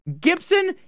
Gibson